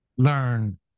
learn